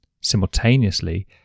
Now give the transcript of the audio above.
Simultaneously